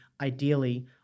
ideally